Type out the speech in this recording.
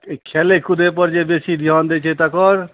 खेलै कुदैपर जे बेसी धिआन दै छै तकर